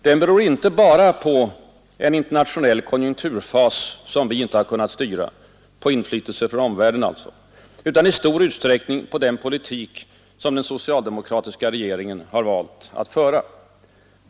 Den beror inte bara på en internationell konjunkturfas, som vi inte kunnat styra — på inflytelser från omvärlden — utan i stor utsträckning på den politik som den socialdemokratiska regeringen valt att föra.